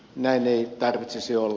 näin ei tarvitsisi olla